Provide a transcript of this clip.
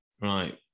right